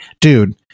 dude